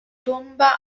tomba